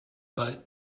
but